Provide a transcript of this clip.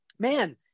Man